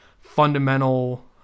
fundamental